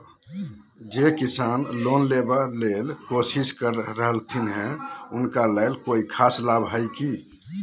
जे किसान लोन लेबे ला कोसिस कर रहलथिन हे उनका ला कोई खास लाभ हइ का?